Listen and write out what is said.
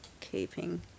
keeping